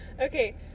okay